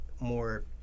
more